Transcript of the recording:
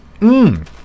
Mmm